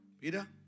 Peter